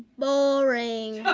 boring.